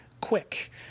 quick